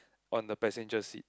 on the passenger seat